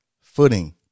footing